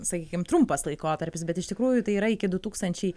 sakykim trumpas laikotarpis bet iš tikrųjų tai yra iki du tūkstančiai